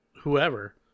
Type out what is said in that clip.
whoever